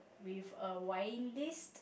with a wine list